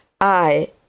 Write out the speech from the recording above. I